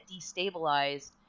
destabilized